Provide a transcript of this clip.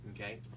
okay